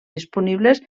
disponibles